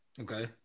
Okay